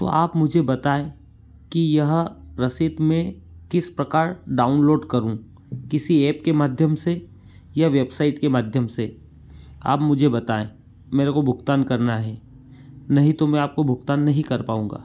तो आप मुझे बताएं कि यह रसीद मैं किस प्रकार डाउनलोड करूँ किसी एप के माध्यम से या वेबसाइट के माध्यम से आप मुझे बताएं मेरे को भुगतान करना है नहीं तो मैं आपको भुगतान नहीं कर पाउँगा